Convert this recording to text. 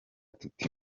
tuti